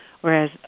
whereas